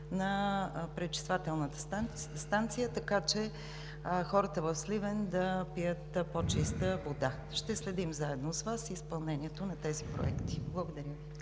на пречиствателната станция, така че хората в Сливен да пият по-чиста вода. Ще следим заедно с Вас изпълнението на тези проекти. Благодаря Ви.